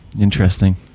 Interesting